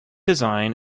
design